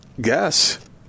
guess